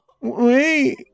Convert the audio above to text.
Wait